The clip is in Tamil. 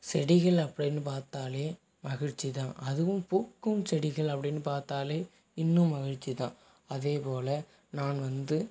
செடிகள் அப்படின்னு பார்த்தாலே மகிழ்ச்சி தான் அதுவும் பூக்கும் செடிகள் அப்படின்னு பார்த்தாலே இன்னும் மகிழ்ச்சி தான் அதேபோல் நான் வந்து